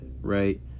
right